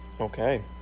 okay